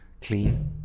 clean